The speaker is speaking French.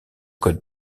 code